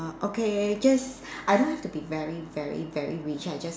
okay just I don't have to be very very very rich I just